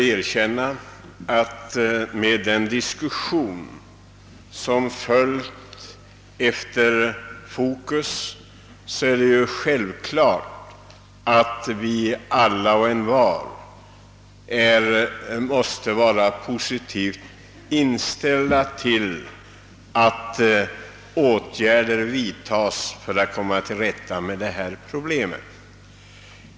Efter den diskussion som följt sedan TV-programmet Fokus tog upp denna fråga måste vi alla och envar vara positivt inställda till att åtgärder vidtas för att lösa detta problem.